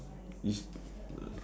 is